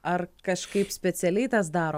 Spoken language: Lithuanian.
ar kažkaip specialiai tas daro